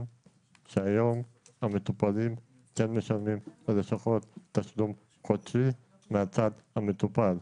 למטופל מותר לגבות חצי מהסכום מהמטפל,